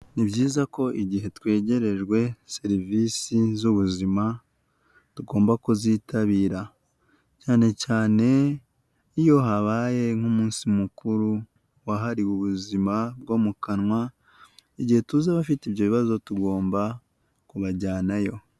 Ni byiza ko igihe twegerejwe serivisi z'ubuzima, tugomba kuzitabira cyane cyane iyo habaye nk'umunsi mukuru wahariwe ubuzima bwo mu kanwa, igihe tuzi abafite ibyo bibazo tugomba kubajyanayo.